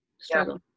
struggle